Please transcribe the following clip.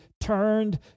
turned